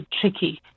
tricky